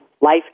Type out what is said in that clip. life